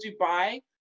Dubai